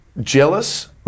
jealous